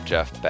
Jeff